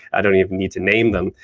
i don't even need to name them,